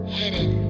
hidden